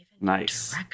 Nice